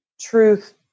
truth